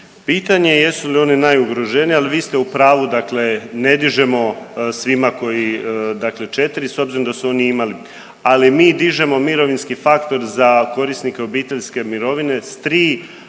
Pitanje je jesu li oni najugroženiji, ali vi ste u pravu, dakle ne dižemo svima dakle četri s obzirom da su oni imali, ali mi dižemo mirovinski faktor za korisnike obiteljske mirovine s tri dakle